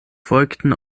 folgten